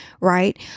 right